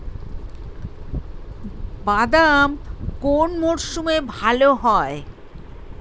বাদাম কোন মরশুমে ভাল হয়?